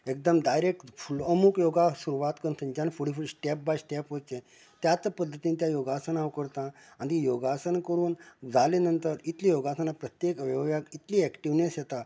एकदम डायरेक्ट फ्लोमुक योगा सुरवा करून थंयच्या फुडें स्टॅप बाय स्टॅप वचचें त्याच पद्दतीन हांव ती योगासना आनी ती योगासना जाले नंतर इतली योगासना प्रत्येक वेळार इतली एक्टिवनस येता